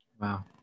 Wow